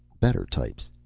better types.